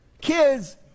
kids